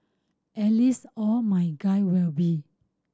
at least all my guy will be